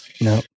No